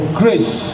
grace